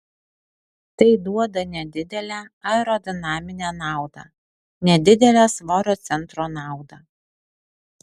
tai duoda nedidelę aerodinaminę naudą nedidelę svorio centro naudą